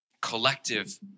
collective